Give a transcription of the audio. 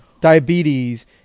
diabetes